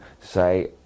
say